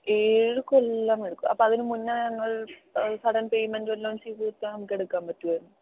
ഏഴ് കൊല്ലം എടുക്കും അപ്പോൾ അതിന് മുന്നേ ഞങ്ങൾ സഡൻ പേയ്മെന്റ് വല്ലതും ചെയ്ത് തീർത്താൽ നമുക്ക് എടുക്കാൻ പറ്റുമായിരുന്നു